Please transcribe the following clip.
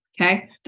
Okay